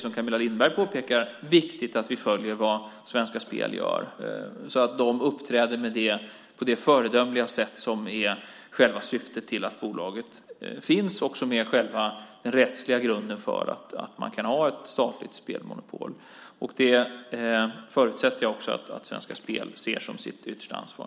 Som Camilla Lindberg påpekar är det viktigt att vi följer vad Svenska Spel gör, så att de uppträder på det föredömliga sätt som är själva syftet med att bolaget finns och som är själva den rättsliga grunden för att man kan ha ett statligt spelmonopol. Det förutsätter jag också att Svenska Spel ser som sitt yttersta ansvar.